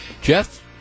Jeff